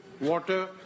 water